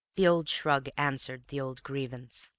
the old shrug answered the old grievance.